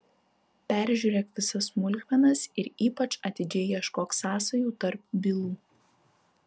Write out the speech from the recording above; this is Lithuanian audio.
peržiūrėk visas smulkmenas ir ypač atidžiai ieškok sąsajų tarp bylų